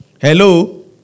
Hello